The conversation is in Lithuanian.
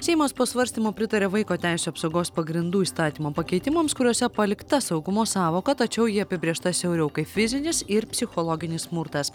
seimas po svarstymo pritarė vaiko teisių apsaugos pagrindų įstatymo pakeitimams kuriuose palikta saugumo sąvoka tačiau ji apibrėžta siauriau kaip fizinis ir psichologinis smurtas